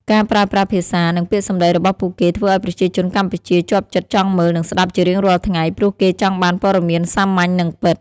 ការប្រើប្រាស់ភាសា និងពាក្យសម្ដីរបស់ពួកគេធ្វើឱ្យប្រជាជនកម្ពុជាជាប់ចិត្តចង់មើល និងស្ដាប់ជារៀងរាល់ថ្ងៃ ព្រោះគេចង់បានព័ត៌មានសាមញ្ញ និងពិត។